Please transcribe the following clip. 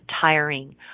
tiring